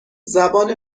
زبان